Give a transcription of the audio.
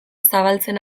zabaltzen